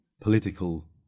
political